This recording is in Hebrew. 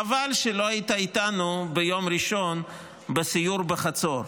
חבל שלא היית איתנו ביום ראשון בסיור בחצור,